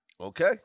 Okay